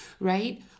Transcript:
right